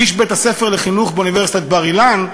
איש בית-הספר לחינוך באוניברסיטת בר-אילן,